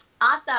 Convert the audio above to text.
Awesome